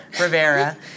Rivera